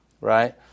right